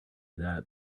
that